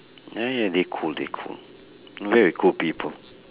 ya ya they cool they cool they're very cool people